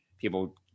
people